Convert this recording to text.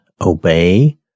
obey